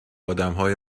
آدمهای